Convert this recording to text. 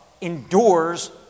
endures